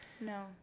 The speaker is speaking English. No